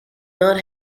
not